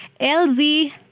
LZ